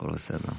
הכול בסדר.